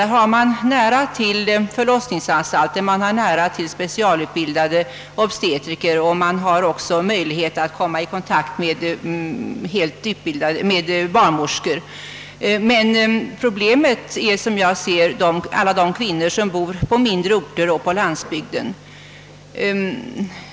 Där har man nära till förlossningsanstalter, man har nära till specialutbildade obstetriker, och man har möjlighet att komma i kontakt med barnmorskor, men problemet är, som jag ser det, alla de kvinnor som bor i mindre orter och på landsbygden.